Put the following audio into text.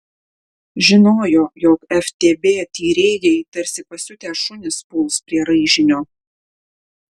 žinojo jog ftb tyrėjai tarsi pasiutę šunys puls prie raižinio